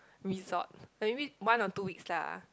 resort maybe one or two weeks lah